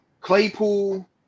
Claypool